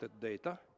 data